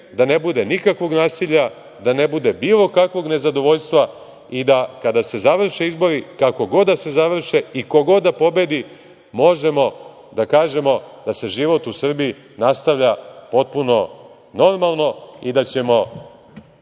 da ne bude nikakvog nasilja, da ne bude bilo kakvog nezadovoljstva i da kada se završe izbori kako god da se završe i ko god da pobedi, možemo da kažemo da se život u Srbiji nastavlja potpuno normalno i da ćemo